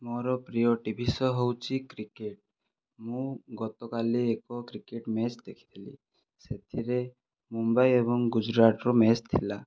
ମୋର ପ୍ରିୟ TV show ହେଉଛି କ୍ରିକେଟ ମୁଁ ଗତକାଲି ଏକ କ୍ରିକେଟ ମ୍ୟାଚ ଦେଖିଥିଲି ସେଥିରେ ମୁମ୍ବାଇ ଏବଂ ଗୁଜୁରାଟର ମ୍ୟାଚ ଥିଲା